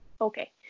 Okay